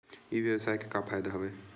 ई व्यवसाय के का का फ़ायदा हवय?